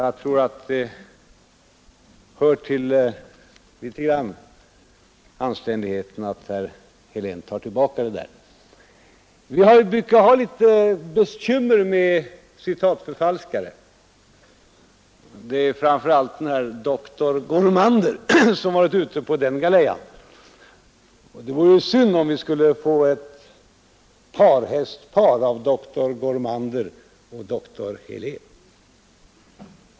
Jag tycker att det hör till vanlig anständighet att herr Helén tar tillbaka denna beskyllning. Vi brukar ha litet bekymmer med citatförfalskare. Det är framför allt doktor Gormander som har varit ute på den galejan. Det vore synd om vi nu skulle få parhästar i doktor Gormander och doktor Helén.